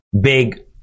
big